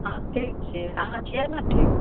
अहाँ के छियै अहाँ छियै ने ठीक